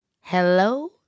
Hello